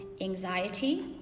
anxiety